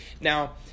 Now